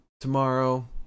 tomorrow